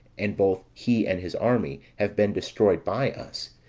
and both he and his army have been destroyed by us,